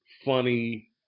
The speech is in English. Funny